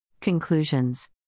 Conclusions